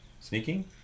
Sneaking